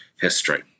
history